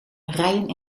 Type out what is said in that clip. rijen